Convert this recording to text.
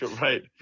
right